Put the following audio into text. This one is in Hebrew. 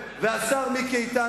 השר מיקי איתן,